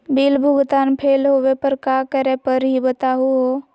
Bill भुगतान fail होवे पर का करै परही, बताहु हो?